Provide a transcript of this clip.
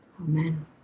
Amen